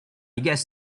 guess